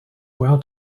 well